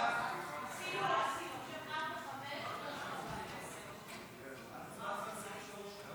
סעיפים 3 5, כהצעת הוועדה, נתקבלו.